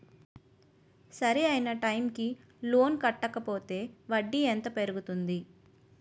సరి అయినా టైం కి లోన్ కట్టకపోతే వడ్డీ ఎంత పెరుగుతుంది?